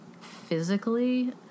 physically